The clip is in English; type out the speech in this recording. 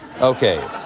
Okay